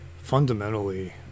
fundamentally